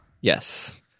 Yes